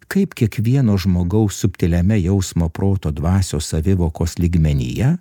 kaip kiekvieno žmogaus subtiliame jausmo proto dvasios savivokos lygmenyje